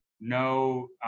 no